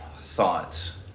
thoughts